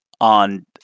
on